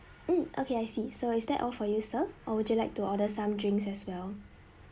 mm okay I see so is that all for you sir or would you like to order some drinks as well